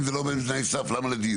אם היא לא עומדת בתנאי הסף אז למה לדיון?